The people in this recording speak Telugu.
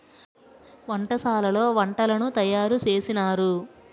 వంటశాలలో వంటలను తయారు చేసినారు